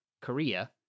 Korea